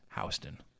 Houston